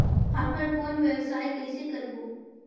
फाफण कौन व्यवसाय कइसे करबो?